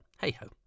hey-ho